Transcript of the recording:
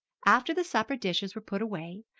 after the supper dishes were put away,